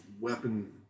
weapon